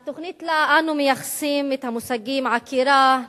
התוכנית שאנו מייחסים לה את המושגים עקירה,